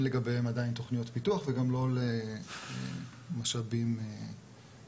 לגביהם עדיין תכניות פיתוח וגם לא למשאבים פרוספקטיביים